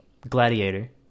Gladiator